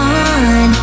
on